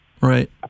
right